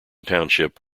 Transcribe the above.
township